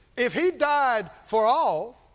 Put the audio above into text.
if he died for all,